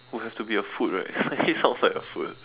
will have to be a food right really sounds like a food